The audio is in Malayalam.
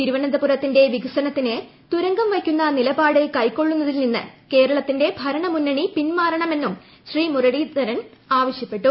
തിരുവനന്തപുരത്തിന്റെ വികസനത്തിന് തുരങ്കം വയ്ക്കുന്ന നിലപാട് കൈക്കൊള്ളുന്നതിൽ നിന്ന് കേരളത്തിന്റെ ഭരണപക്ഷം പിൻമാറണമെന്നും ശ്രീ മുരളീധരൻ ആവശ്യപ്പെട്ടു